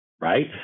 right